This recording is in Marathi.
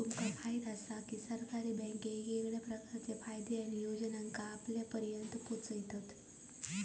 तुमका म्हायत आसा काय, की सरकारी बँके वेगवेगळ्या प्रकारचे फायदे आणि योजनांका आपल्यापर्यात पोचयतत